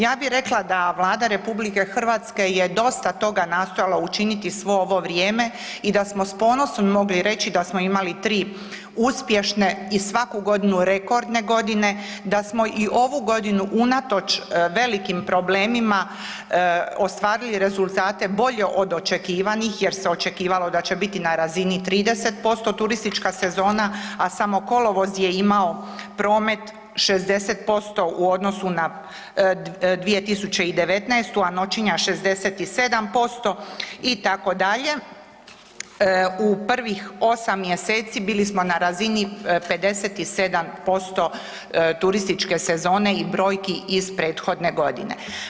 Ja bi rekla da Vlada RH je dosta toga nastojala učiniti svo ovo vrijeme i da smo s ponosom mogli reći da smo imali 3 uspješne i svaku godinu rekordne godine, da smo i ovu godinu unatoč velikim problemima ostvarili rezultate bolje od očekivanih jer se očekivalo da će biti na razini 30% turistička sezona, a samo kolovoz je imao promet 60% u odnosu na 2019., a noćenja 67% itd., u prvih 8 mjeseci bili smo na razini 57% turističke sezone i brojki iz prethodne godine.